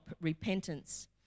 repentance